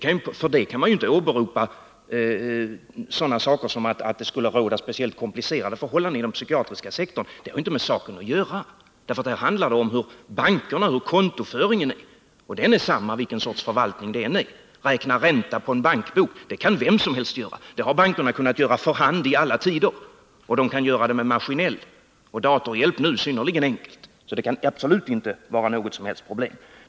Man kan inte åberopa sådana saker som att det skulle råda speciellt komplicerade förhållanden inom den psykiatriska sektorn. Det har inte med saken att göra, därför att här handlar det om hur bankerna arbetar och vilken kontoföring man har. Den är densamma vilken sorts förvaltning det än är. Räkna räntor på en bankbok kan vem som helst göra. Det har bankerna kunnat göra för hand i alla tider, och de kan nu göra det synnerligen enkelt maskinellt och med datorhjälp. Det kan absolut inte vara något som helst problem.